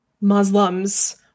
Muslims